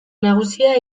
nagusia